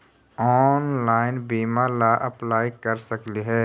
Online बीमा ला apply कर सकली हे?